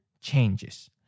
changes